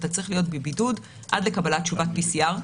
אתה צריך להיות בבידוד עד לקבלת תשובת PCR,